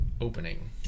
opening